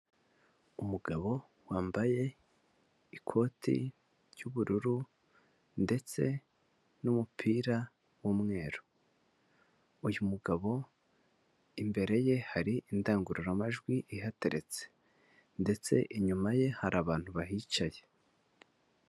Umugabo wambaye ikoti ry'ubururu ndetse n'umupira w'umweru, uyu mugabo imbere ye hari indangururamajwi ihateretse ndetse inyuma ye hari abantu bahicaye.